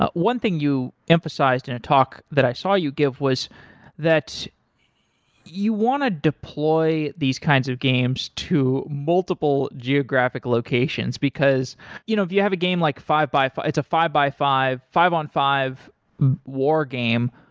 ah one thing you emphasized in a talk that i saw you give was that you want to deploy these kinds of games to multiple geographic locations, because you know if you have a game like five by it's a five by five, five on five war game,